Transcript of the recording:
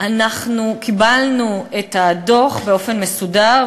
אנחנו קיבלנו את הדוח באופן מסודר,